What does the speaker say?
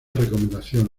recomendación